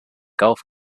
golf